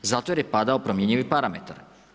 Zato jer je padao promjenjivi parametar.